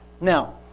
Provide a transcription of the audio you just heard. now